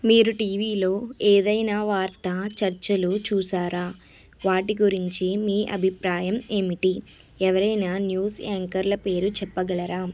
మీరు టివిలో ఏదేనా వార్త చర్చలు చూసారా వాటి గురించి మీ అభిప్రాయం ఏమిటి ఎవరైనా న్యూస్ యాంకర్లు పేరు చెప్పగలరా